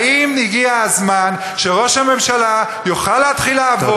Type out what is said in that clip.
האם הגיע הזמן שראש הממשלה יוכל להתחיל לעבוד,